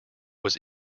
was